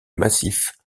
massif